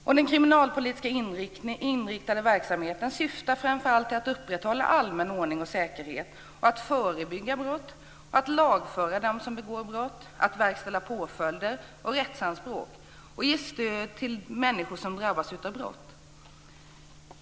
Och den kriminalpolitiskt inriktade verksamheten syftar framför allt till att upprätthålla allmän ordning och säkerhet, förebygga brott, lagföra dem som begår brott, verkställa påföljder och rättsanspråk och ge stöd till människor som drabbas av brott.